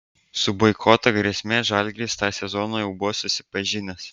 su boikoto grėsme žalgiris tą sezoną jau buvo susipažinęs